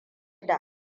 da